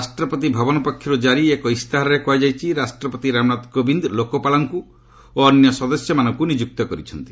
ରାଷ୍ଟ୍ରପତି ଭବନ ପକ୍ଷରୁ କାରି ଏକ ଇସ୍ତାହାରରେ କୁହାଯାଇଛି ରାଷ୍ଟ୍ରପତି ରାମନାଥ କୋବିନ୍ଦ ଲୋକପାଳଙ୍କୁ ଓ ଅନ୍ୟ ସଦସ୍ୟମାନଙ୍କୁ ନିଯୁକ୍ତ କରିଛନ୍ତି